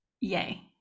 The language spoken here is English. Yay